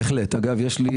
אגב יש לי